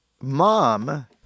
mom